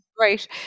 Right